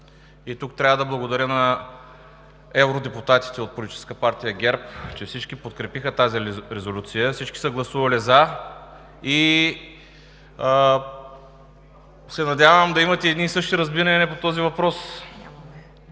и тук трябва да благодаря на евродепутатите от Политическа партия ГЕРБ, че всички подкрепиха тази резолюция – всички са гласували „за“. Надявам се да имате едни и същи разбирания по този въпрос,